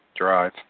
drive